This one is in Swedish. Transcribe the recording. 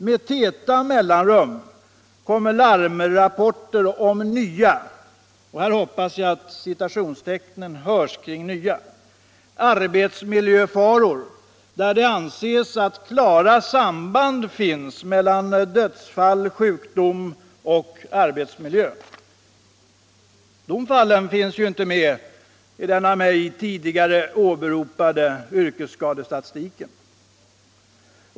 Med täta mellanrum kommer larmrapporter om ”nya” arbetsmiljöfaror, där det anses att klara samband föreligger mellan sjukdom-dödsfall och arbetsmiljö. Dessa fall finns inte med i den av mig tidigare åberopade yrkesskadestatistiken.